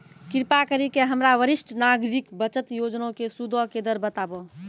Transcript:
कृपा करि के हमरा वरिष्ठ नागरिक बचत योजना के सूदो के दर बताबो